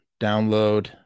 download